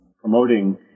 promoting